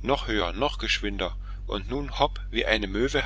noch höher noch geschwinder und nun hopp wie eine möwe